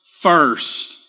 first